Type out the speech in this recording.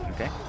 Okay